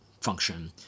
function